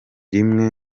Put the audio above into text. rimwe